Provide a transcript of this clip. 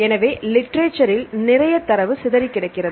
எனவே லிட்ரேசரில் நிறைய தரவு சிதறிக் கிடக்கிறது